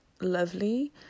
lovely